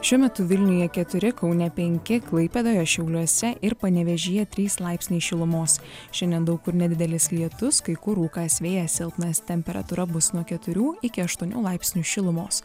šiuo metu vilniuje keturi kaune penki klaipėdoje šiauliuose ir panevėžyje trys laipsniai šilumos šiandien daug kur nedidelis lietus kai kur rūkas vėjas silpnas temperatūra bus nuo keturių iki aštuonių laipsnių šilumos